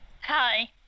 hi